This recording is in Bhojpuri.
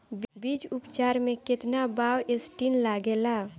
बीज उपचार में केतना बावस्टीन लागेला?